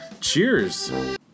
Cheers